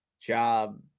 job